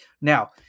Now